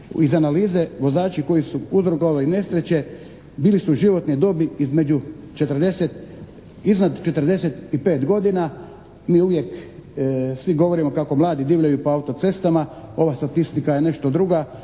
iz analize vozači koji su uzrokovali nesreće bili su životne dobi između, iznad 45 godina. Mi uvijek svi govorimo kako mladi divljaju po autocestama, ova statistika je nešto druga,